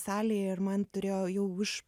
salėje ir man turėjo jau už